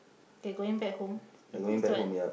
they going back home is this what